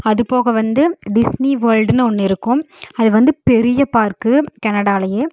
அது போக வந்து டிஸ்னிவேல்டுன்னு ஒன்று இருக்கும் அது வந்து பெரிய பார்க்கு கெனடாலையே